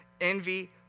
envy